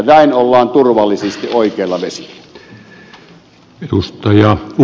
näin ollaan turvallisesti oikeilla vesillä